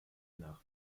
nach